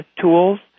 tools